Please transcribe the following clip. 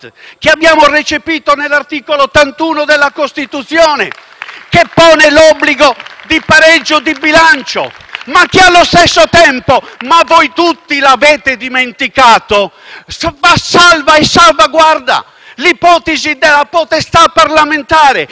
che impone l'obbligo del pareggio di bilancio, ma che allo stesso tempo - ma voi tutti l'avete dimenticato - salvaguarda l'ipotesi della potestà parlamentare, che comunque resta espressione della volontà del popolo.